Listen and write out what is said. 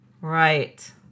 Right